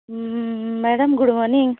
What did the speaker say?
madam good morning